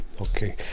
Okay